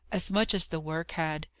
as much as the work had.